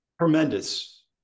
Tremendous